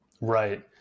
right